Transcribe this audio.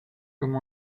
comme